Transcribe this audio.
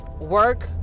work